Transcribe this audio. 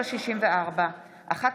1364/23,